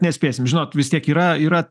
nespėsim žinot vis tiek yra yra